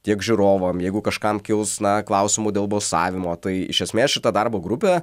tiek žiūrovam jeigu kažkam kils na klausimų dėl balsavimo tai iš esmės šita darbo grupė